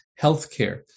healthcare